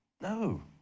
No